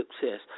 success